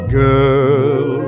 girl